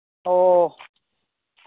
ᱚ